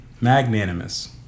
Magnanimous